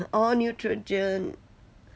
orh neutrogen